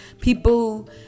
people